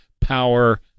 power